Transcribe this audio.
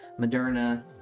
Moderna